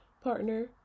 partner